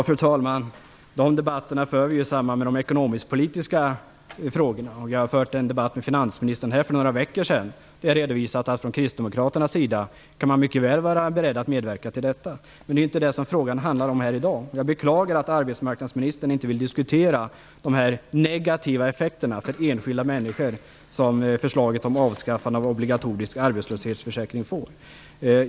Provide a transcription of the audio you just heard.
Fru talman! De debatterna för vi ju i samband med de ekonomisk-politiska frågorna. Vi förde en debatt med finansministern för några veckor sedan. Vi har redovisat att vi från kristdemokraternas sida mycket väl är beredda att medverka till detta. Men det är inte det frågan handlar om här i dag. Jag beklagar att arbetsmarknadsministern inte vill diskutera de negativa effekter för enskilda människor som förslaget om avskaffande av obligatorisk arbetslöshetsförsäkring får.